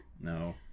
No